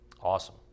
Awesome